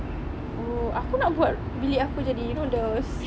oh aku nak buat bilik aku jadi you know those